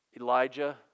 Elijah